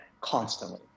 constantly